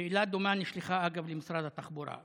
שאלה דומה נשלחה למשרד התחבורה.